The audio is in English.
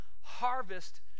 harvest